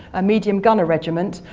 a medium gunner regiment.